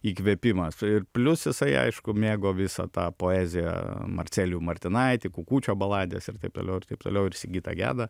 įkvėpimas ir plius jisai aišku mėgo visą tą poeziją marcelijų martinaitį kukučio balades ir taip toliau ir taip toliau ir sigitą gedą